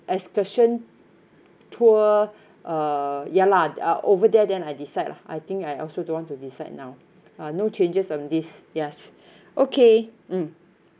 excursion tour uh ya lah uh over there then I decide lah I think I also don't want to decide now no changes from this yes okay mm